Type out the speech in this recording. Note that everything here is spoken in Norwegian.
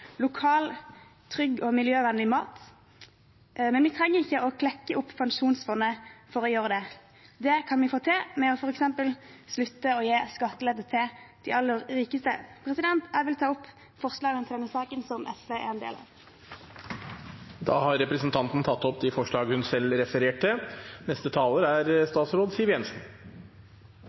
miljøvennlig mat. Men vi trenger ikke bruke av pensjonsfondet for å gjøre det. Det kan vi få til ved f.eks. å slutte å gi skattelettelse til de aller rikeste. Jeg vil ta opp forslagene nr. 4–6. Da har representanten Solveig Skaugvoll Foss tatt opp de forslagene hun refererte til. La meg først få takke komiteen for arbeidet med forslaget om ny sentralbanklov. Lovforslaget er